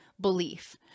belief